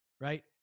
right